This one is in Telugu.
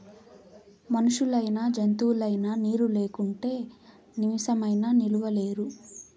మనుషులైనా జంతువులైనా నీరు లేకుంటే నిమిసమైనా నిలువలేరు